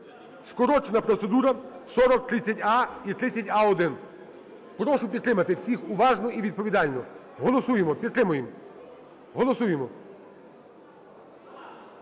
скорочена процедура, 4030а і 4030а-1. Прошу підтримати всіх уважно і відповідально. Голосуємо, підтримуємо. Голосуємо!